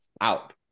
out